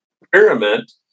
experiment